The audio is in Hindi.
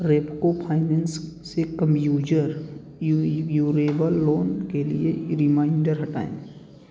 रेपको फाइनेंस से कमयूजर यूरेबल लोन के लिए रिमाइंडर हटाएँ